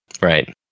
Right